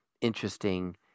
interesting